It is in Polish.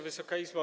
Wysoka Izbo!